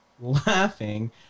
laughing